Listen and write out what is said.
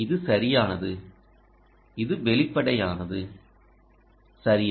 இது சரியானது இது வெளிப்படையானது சரியா